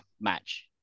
match